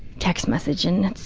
text message and it's,